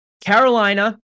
Carolina